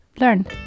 learn